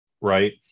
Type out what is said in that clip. right